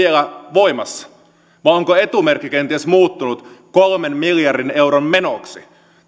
voimassa vai onko etumerkki kenties muuttunut kolmen miljardin euron menoksi